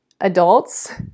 adults